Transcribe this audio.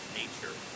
nature